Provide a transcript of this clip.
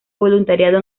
voluntariado